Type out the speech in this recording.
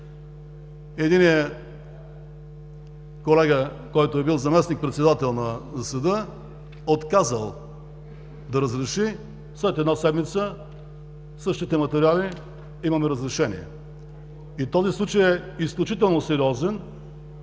единият колега, който е бил заместник-председател на съда, отказал да разреши, след една седмица същите материали – имаме разрешение. Този случай е изключително сериозен